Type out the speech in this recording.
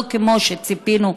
לא כמו שציפינו,